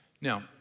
Now